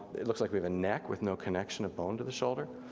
it looks like we have a neck with no connection of bone to the shoulder,